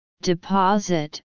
deposit